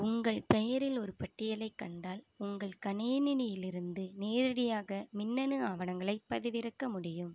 உங்கள் பெயரில் ஒரு பட்டியலைக் கண்டால் உங்கள் கணனியிலிருந்து நேரடியாக மின்னணு ஆவணங்களைப் பதிவிறக்க முடியும்